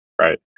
right